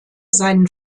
seinen